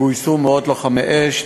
גויסו מאות לוחמי אש,